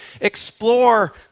explore